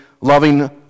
loving